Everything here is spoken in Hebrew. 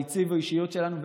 לעיצוב האישיות שלנו,